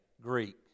Greek